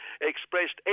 expressed